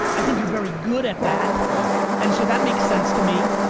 i think you're very good at that and so that makes sense to me.